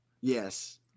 Yes